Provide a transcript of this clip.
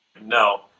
no